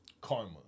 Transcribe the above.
karma